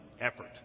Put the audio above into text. effort